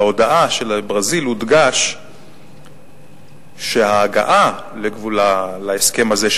בהודעה של ברזיל הודגש שההגעה להסכם הזה,